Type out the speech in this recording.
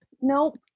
nope